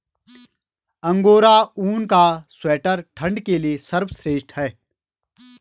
angora ऊन का sweater ठंड के लिए सर्वश्रेष्ठ है